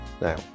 Now